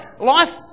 Life